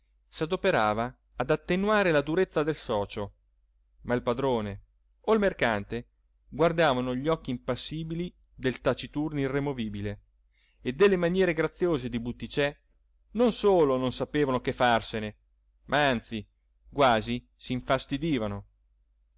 ammiccamenti s'adoperava ad attenuare la durezza del socio ma il padrone o il mercante guardavano gli occhi impassibili del taciturno irremovibile e delle maniere graziose di butticè non solo non sapevano che farsene ma anzi quasi s'infastidivano